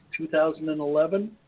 2011